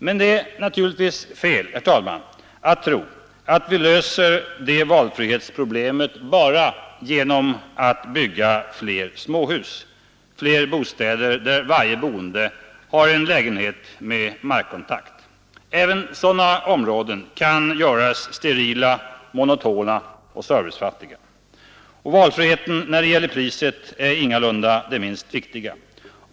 Men det är naturligtvis fel att tro att vi löser det valfrihetsproblemet bara genom att bygga fler småhus, fler bostäder där varje boende har en lägenhet med markkontakt. Även sådana områden kan göras sterila, monotona och servicefattiga. Och valfriheten när det gäller priset är inte det minst viktiga.